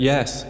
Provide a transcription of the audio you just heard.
Yes